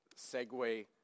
segue